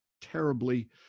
terribly